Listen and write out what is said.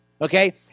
Okay